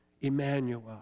Emmanuel